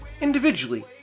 individually